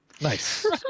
Nice